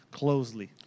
closely